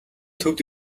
төвд